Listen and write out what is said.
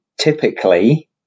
typically